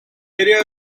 area